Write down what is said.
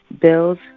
bills